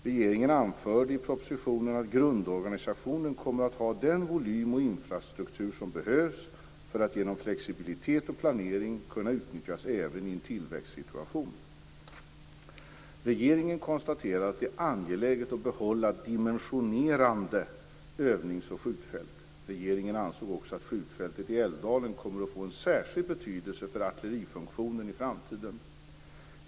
Regeringen anförde i propositionen att grundorganisationen kommer att ha den volym och infrastruktur som behövs för att genom flexibilitet och planering kunna utnyttjas även i en tillväxtsituation. Regeringen konstaterade att det är angeläget att behålla dimensionerande övnings och skjutfält. Regeringen ansåg också att skjutfältet i Älvdalen kommer att få en särskild betydelse för artillerifunktionen i framtiden.